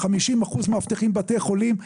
50% מאבטחים בבתי חולים.